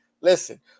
Listen